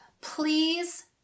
Please